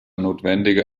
notwendige